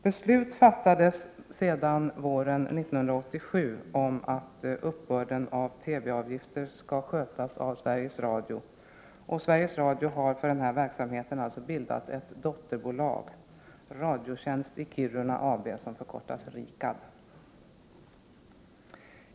Beslut fattades sedan våren 1987 om att uppbörden av TV-avgifter skall skötas av Sveriges Radio, och Sveriges Radio har alltså för denna verksamhet bildat ett dotterbolag, Radiotjänst i Kiruna AB, RIKAB.